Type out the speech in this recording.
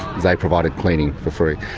they provided cleaning for free.